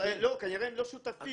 כנראה הם לא שותפים.